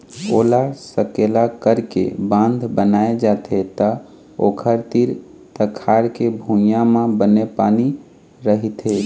ओला सकेला करके बांध बनाए जाथे त ओखर तीर तखार के भुइंया म बने पानी रहिथे